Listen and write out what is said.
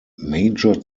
major